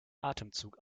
atemzug